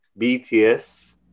BTS